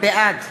בעד